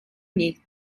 nicht